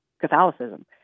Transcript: Catholicism